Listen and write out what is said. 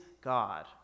God